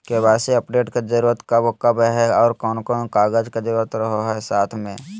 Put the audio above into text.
KYC update के जरूरत कब कब है और कौन कौन कागज के जरूरत रहो है साथ में?